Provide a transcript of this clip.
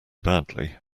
badly